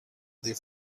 des